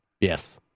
Yes